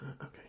Okay